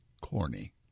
Corny